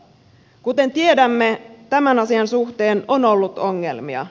kuten tiedämme tämän asian suhteen on ollut ongelmia